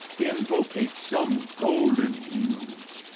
invocate some golden muse,